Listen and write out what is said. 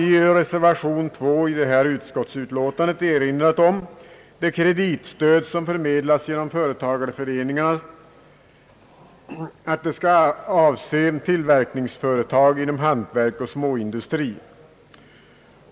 I reservation 2 till detta utskottsutlåtande har vi erinrat om det kreditstöd som förmedlats genom företagareföreningarna och hittills avsett tillverkningsföretag inom hantverk och småindustri.